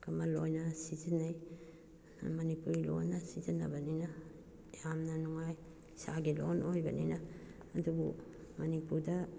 ꯀꯃꯟ ꯑꯣꯏꯅ ꯁꯤꯖꯤꯟꯅꯩ ꯃꯅꯤꯄꯨꯔꯤ ꯂꯣꯟꯅ ꯁꯤꯖꯤꯟꯅꯕꯅꯤꯅ ꯌꯥꯝꯅ ꯅꯨꯡꯉꯥꯏ ꯏꯁꯥꯒꯤ ꯂꯣꯟ ꯑꯣꯏꯕꯅꯤꯅ ꯑꯗꯨꯕꯨ ꯃꯅꯤꯄꯨꯔꯗ